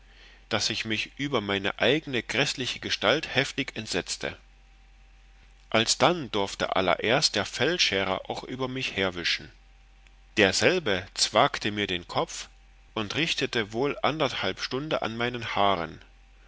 daß ich mich über meine eigne gräßliche gestalt heftig entsetzte alsdann dorfte allererst der feldscherer auch über mich herwischen derselbe zwagte mir den kopf und richtete wohl anderthalbe stunde an meinen haaren